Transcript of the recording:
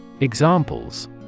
Examples